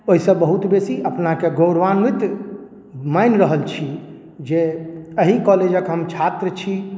ओहिसँ बहुत बेसी अपनाके गौरवान्वित मानि रहल छी जे एहि कॉलेजक हम छात्र छी